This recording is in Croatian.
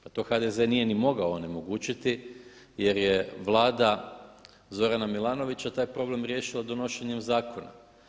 Pa to HDZ nije ni mogao onemogućiti jer je Vlada Zorana Milanovića taj problem riješila donošenjem zakona.